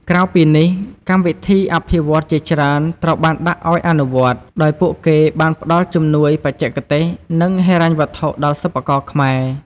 ក្រៅពីនេះ កម្មវិធីអភិវឌ្ឍន៍ជាច្រើនត្រូវបានដាក់ឱ្យអនុវត្ត ដោយពួកគេបានផ្ដល់ជំនួយបច្ចេកទេស និងហិរញ្ញវត្ថុដល់សិប្បករខ្មែរ។